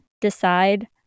decide